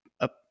up